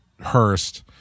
Hurst